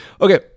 Okay